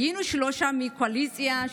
היינו שלושה מהקואליציה,